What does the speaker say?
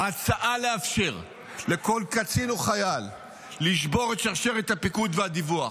ההצעה לאפשר לכל קצין או חייל לשבור את שרשרת הפיקוד והדיווח,